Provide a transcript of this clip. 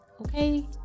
okay